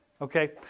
okay